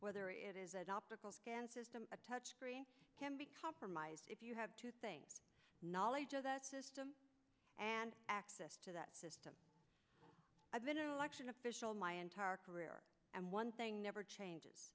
system a touchscreen can be compromised if you have to think knowledge of that system and access to that system i've been an election official my entire career and one thing never changes